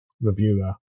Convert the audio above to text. reviewer